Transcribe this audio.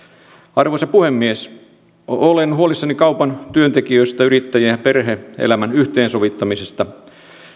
arvoisa puhemies olen huolissani kaupan työntekijöistä yrittäjien perhe elämän yhteensovittamisesta